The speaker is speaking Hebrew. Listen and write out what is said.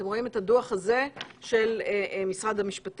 אתם רואים את הדוח הזה של משרד המשפטים,